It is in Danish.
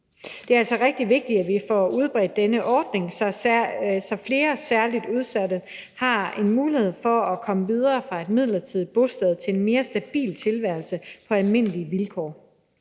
Det er altså rigtig vigtigt, at vi får udbredt denne ordning, så flere særligt udsatte har en mulighed for at komme videre fra et midlertidigt bosted til en mere stabil tilværelse på almindelige vilkår.